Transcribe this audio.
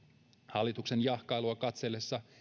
hallituksen jahkailua katsellessa